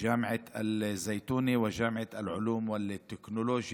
אוניברסיטת א-זייתונה והאוניברסיטה